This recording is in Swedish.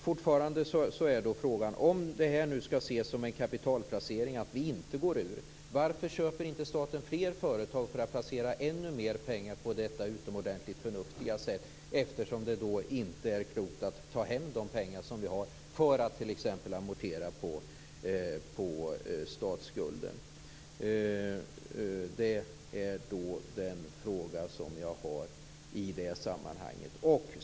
Fortfarande är frågan: Om det skall ses som en kapitalplacering att vi inte går ur, varför köper inte staten fler företag för att placera ännu mer pengar på detta utomordentligt förnuftiga sätt? Det är ju då inte klokt att ta hem de pengar vi har för att t.ex. amortera på statsskulden. Det är den fråga jag har i det sammanhanget.